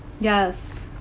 Yes